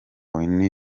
whitney